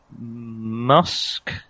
musk